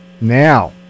now